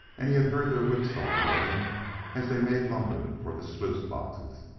and he had heard their whip-saw going as they made lumber for the sluice boxes.